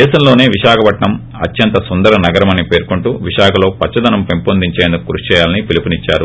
దేశంలోనే విశాఖపట్నం దేశంలోనే అత్యంత సుందర నగరమని పేర్కొంటూ విశాఖలో పచ్చదనం పెంపునకు కృషి చేయాలని పిలుపునిచ్చారు